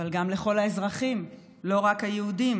אבל גם לכל האזרחים, לא רק היהודים.